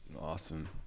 Awesome